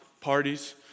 parties